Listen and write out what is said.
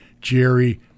Jerry